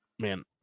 Man